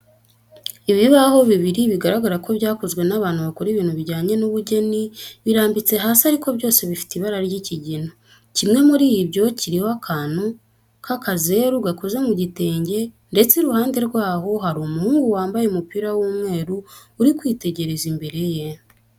Ibibaho bibiri bigaragara ko byakozwe n'abantu bakora ibintu bijyanye n'ubugeni birambitse hasi ariko byose bifite ibara ry'ikigina. Kimwe muri byo kiriho akantu k'akazeru gakoze mu gitenge ndetse iruhande rwaho hari umuhungu wambaye umupira w'umweru uri kwitegereza imbere ye.